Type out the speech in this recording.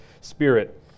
Spirit